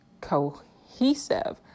cohesive